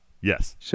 Yes